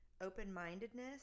open-mindedness